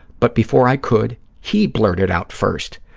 but before i could, he blurted it out first.